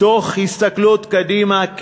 תוך הסתכלות קדימה.